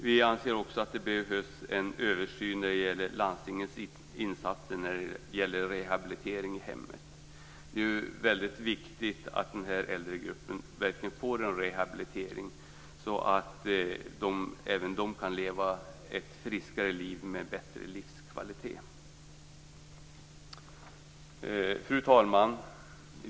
Vi anser också att det behövs en översyn av landstingens insatser när det gäller rehabilitering i hemmet. Det är väldigt viktigt att denna äldregrupp verkligen får en rehabilitering, så att även människor i denna grupp kan leva ett friskare liv med bättre livskvalitet. Fru talman!